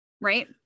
right